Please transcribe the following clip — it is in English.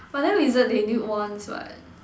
but then wizards they need wands what